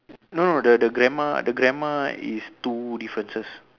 no no the the grandma the grandma is two differences